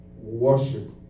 worship